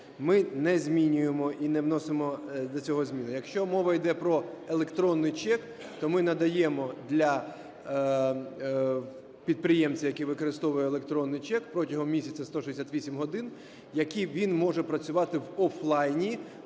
ми не змінюємо і не вносимо до цього зміни. Якщо мова іде про електронний чек, то ми надаємо для підприємців, який використовує електронний чек протягом місяця 168 годин, які він може працювати в офлайні